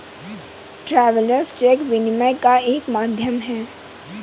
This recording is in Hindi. ट्रैवेलर्स चेक विनिमय का एक माध्यम है